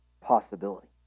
possibility